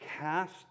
cast